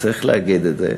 וצריך להגיד את זה,